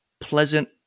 pleasant